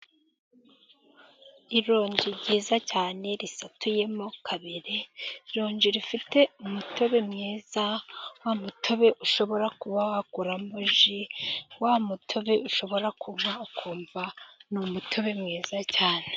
Ironji ryiza cyane risatuyemo kabiri, ironji rifite umutobe mwiza, wa mutobe ushobora gukuramo ji, wa mutobe ushobora kunywa ukumva ni umutobe mwiza cyane.